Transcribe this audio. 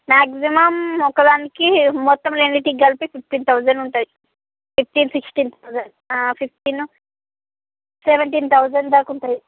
maximum ఒక దానికి మొత్తం రెండింటికి కలిపి ఫిఫ్టీన్ థౌజండ్ ఉంటుంది fifteen sixteen thousand fifteen seventeen thousand దాకా ఉంటుంది